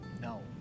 No